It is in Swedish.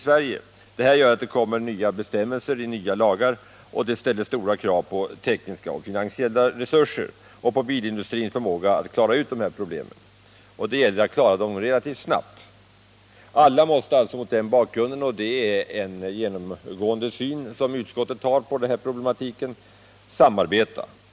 Detta gör att det kommer nya bestämmelser i nya lagar, vilket ställer stora krav på tekniska och finansiella resurser och på bilindustrins förmåga att lösa problemen relativt snart. Mot denna bakgrund måste alla samarbeta. Det är en genomgående syn som utskottet har på dessa problem.